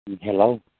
Hello